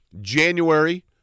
January